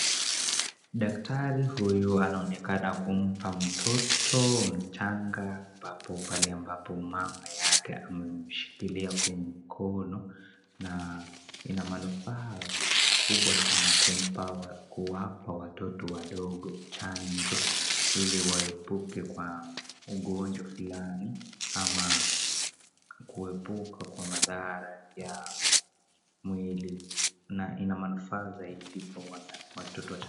Daktari huyu anaonekana kumpa mtoto mchanga papo pale ambapo mama yake amemshikilia kwenye mkono na ina manufaa kubwa sana kuwapa watoto wadogo chanjo, ili waepuke kwa ugonjwa fulani ama kuepuka kwa madhara ya mwili na ina manufaa zaidi kwa watoto wachanga.